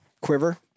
quiver